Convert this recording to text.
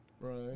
Right